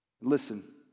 Listen